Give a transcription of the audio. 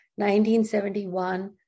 1971